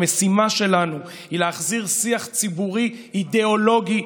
המשימה שלנו היא להחזיר שיח ציבורי אידאולוגי,